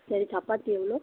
சரி சப்பாத்தி எவ்வளோ